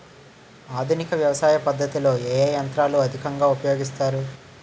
ఆధునిక వ్యవసయ పద్ధతిలో ఏ ఏ యంత్రాలు అధికంగా ఉపయోగిస్తారు?